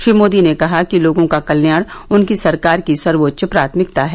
श्री मोदी ने कहा कि लोगों का कल्याण उनकी सरकार की सर्वोच्च प्राथमिकता है